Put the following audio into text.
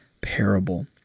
parable